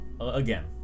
again